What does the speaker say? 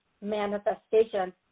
manifestations